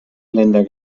länder